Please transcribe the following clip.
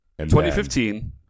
2015